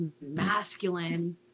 masculine